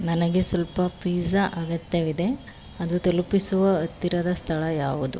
ನನಗೆ ಸ್ವಲ್ಪ ಪಿಜ್ಜಾ ಅಗತ್ಯವಿದೆ ಅದು ತಲುಪಿಸುವ ಹತ್ತಿರದ ಸ್ಥಳ ಯಾವುದು